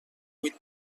huit